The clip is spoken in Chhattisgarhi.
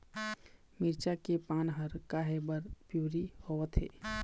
मिरचा के पान हर काहे बर पिवरी होवथे?